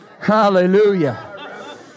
Hallelujah